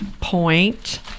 point